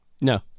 No